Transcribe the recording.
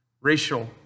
racial